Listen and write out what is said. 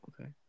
Okay